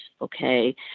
Okay